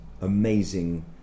amazing